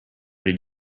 did